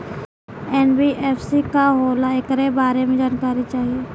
NBFC का होला ऐकरा बारे मे जानकारी चाही?